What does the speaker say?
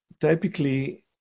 typically